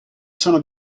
sono